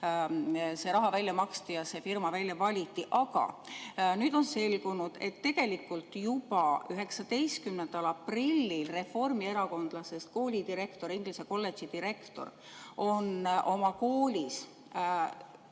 see raha välja maksti ja see firma välja valiti. Aga nüüd on selgunud, et tegelikult juba 19. aprillil reformierakondlasest koolidirektor, Tallina Inglise Kolledži direktor, on oma koolis